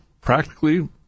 practically